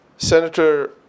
Senator